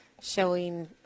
showing